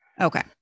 Okay